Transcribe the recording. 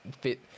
fit